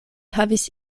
havis